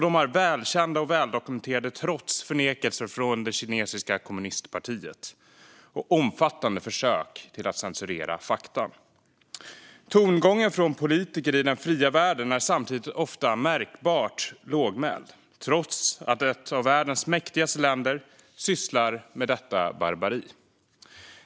De är välkända och väldokumenterade trots förnekelse från det kinesiska kommunistpartiet och omfattande försök till att censurera fakta. Tongången från politiker i den fria världen är samtidigt ofta märkbart lågmäld, trots att ett av världens mäktigaste länder sysslar med detta barbari.